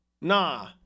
Nah